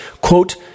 quote